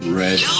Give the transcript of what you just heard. red